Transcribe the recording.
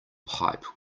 pipe